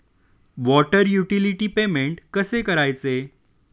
Water utility payment कसे करायचे?